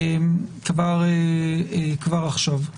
שצריכה להינתן כבר עכשיו.